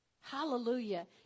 Hallelujah